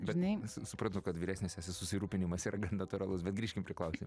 bet žinai supratu kad vyresnis esi susirūpinimas yra gan natūralus bet grįžkim prie klausimo